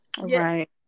right